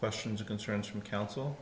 questions or concerns from coun